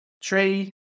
tree